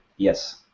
Yes